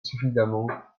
suffisamment